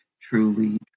truly